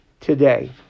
today